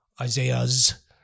Isaiah's